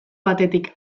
batetik